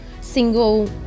single